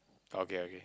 okay okay